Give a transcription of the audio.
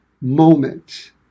moment